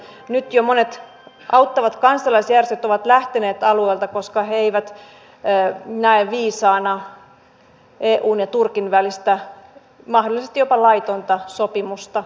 nyt jo monet auttavat kansalaisjärjestöt ovat lähteneet alueelta koska he eivät näe viisaana eun ja turkin välistä mahdollisesti jopa laitonta sopimusta